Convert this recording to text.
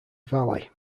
valley